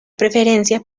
preferencia